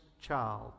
child